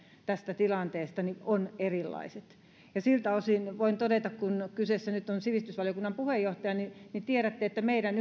tästä tilanteesta ovat erilaiset siltä osin voin todeta kun kyseessä nyt on sivistysvaliokunnan puheenjohtaja niin niin tiedätte että meidän